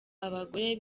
abagore